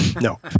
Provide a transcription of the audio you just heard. No